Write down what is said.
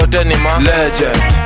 Legend